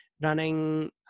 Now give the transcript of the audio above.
running